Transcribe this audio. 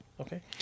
Okay